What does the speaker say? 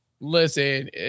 Listen